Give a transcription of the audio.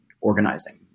organizing